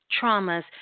traumas